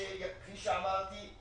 כפי שאמרתי,